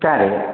சரி